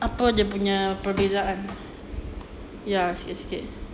apa dia punya perbezaan ya sikit sikit